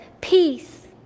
peace